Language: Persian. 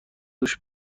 دوش